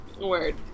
Word